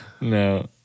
No